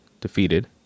defeated